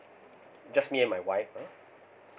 just me and my wife